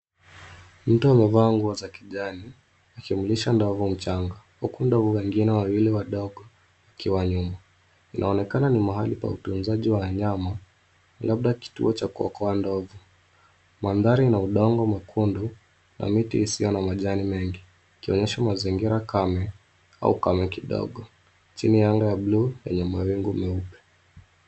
Mtu amevaa nguo za kijani akimlisha ndovu mchanga huku ndovu wengine wawili wadogo wakiwa nyuma. Panaonekana ni mahali pa utunzaji wa wanyama labda kituo cha kuokoa ndovu. Mandhari na udongo mwekundu na miti isiyo na majani mengi ikionyesha mazingira kame au kame kidogo. Chini ya anga ya bluu yenye mawingu meupe.